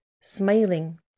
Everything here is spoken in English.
Smiling